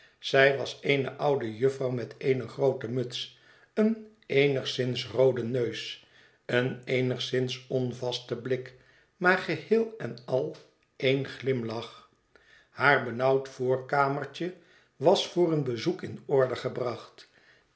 zij was eene oude jufvrouw met eene groote muts een eenigszins rooden neus een eenigszins onvasten blik maar geheel en al één glimlach haar benauwd voorkamertje was voor een bezoek in orde gebracht